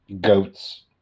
goats